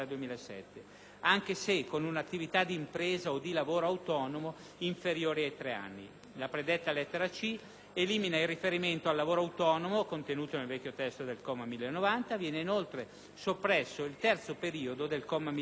anche se con un'attività di impresa o di lavoro autonomo inferiore a tre anni. La predetta lettera *c)* elimina il riferimento al lavoro autonomo, contenuto nel vecchio testo del comma 1090. Viene inoltre soppresso il terzo periodo del comma 1090,